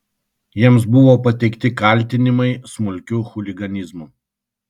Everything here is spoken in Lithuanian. jiems buvo pateikti kaltinimai smulkiu chuliganizmu